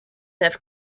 have